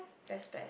that's bad